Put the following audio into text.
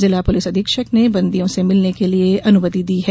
जिला पुलिस अधीक्षक ने बंदियों से मिलने के लिये अनुमति दी है